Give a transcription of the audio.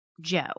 Joe